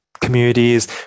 communities